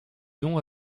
dons